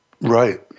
Right